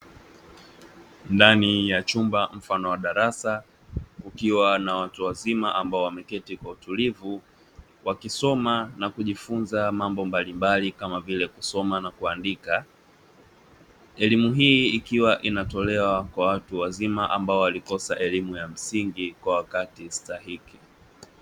Ndani ya chumba mfano wa darasa kukiwa na watu wazima ambao wameketi kwa utulivu, wakisoma na kujifunza mambo mbalimbali kama vile kusoma na kuandika, elimu hii ikiwa inatolewa kwa watu wazima ambao walikosa elimu ya msingi kwa wakati stahiki.